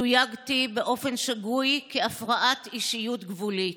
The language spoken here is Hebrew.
תויגתי באופן שגוי כבעלת הפרעת אישיות גבולית.